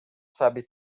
sabe